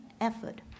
effort